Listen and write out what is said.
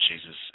Jesus